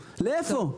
אז לאן הם ישלחו אותנו?